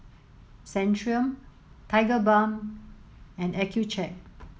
Centrum Tigerbalm and Accucheck